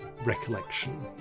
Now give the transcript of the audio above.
recollection